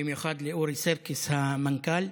במיוחד לאורי סירקיס, המנכ"ל.